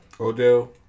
Odell